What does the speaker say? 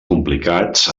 complicats